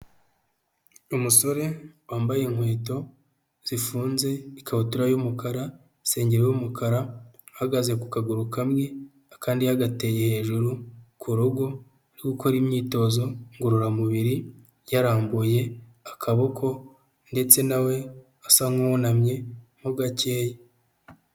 Umusore wambaye inkweto zifunze, ikabutura y'umukara, isengeri y'umukara, ahagaze ku kaguru kamwe akandi yagateye hejuru ku rugo, uri gukora imyitozo ngororamubiri, yarambuye akaboko ndetse na we asa nk'uwunamye mo gakeya.